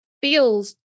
feels